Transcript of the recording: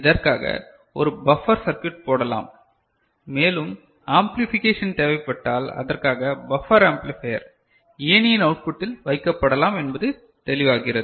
இதற்காக ஒரு buffer circuit போடலாம் மேலும் ஆம்பிளிஃபிகேஷன் தேவைப்பட்டால் அதற்காக பஃபர் ஆம்ப்ளிபையர் ஏணியின் அவுட்புட்டில் வைக்கப்படலாம் என்பது தெளிவாகிறது